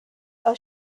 are